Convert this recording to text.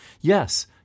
Yes